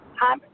Hi